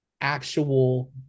actual